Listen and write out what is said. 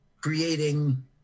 creating